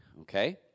okay